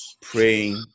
praying